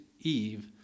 Eve